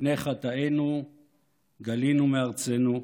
"ומפני חטאינו גלינו מארצנו",